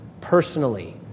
personally